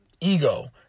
ego